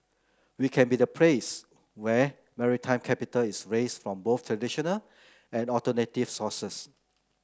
we can be the place where maritime capital is raised from both traditional and alternative sources